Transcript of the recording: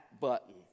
button